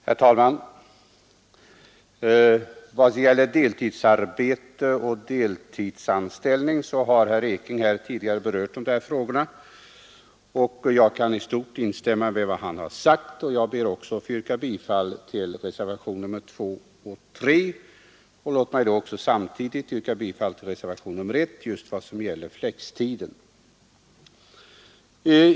Herr talman! Herr Ekinge har berört deltidsarbete och deltidsanställning. Jag kan i stort instämma i vad han sagt. Också jag ber att få yrka bifall till reservationerna 2 och 3. Låt mig samtidigt yrka bifall till reservationen 1 beträffande flextiden.